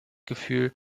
gefühl